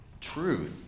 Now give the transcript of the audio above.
truth